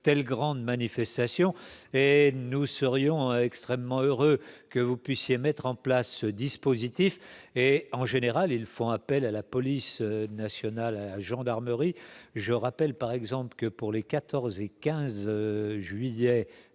telle grande manifestation et nous serions extrêmement heureux que vous puissiez mettre en place ce dispositif et en général, ils font appel à la police nationale et gendarmerie je rappelle par exemple que pour les 14 et 15 juillet